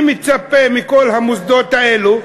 אני מצפה מכל המוסדות האלו,